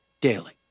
daily